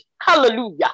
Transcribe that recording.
Hallelujah